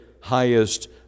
highest